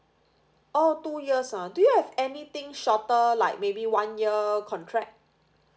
oh two years ah do you have anything shorter like maybe one year contract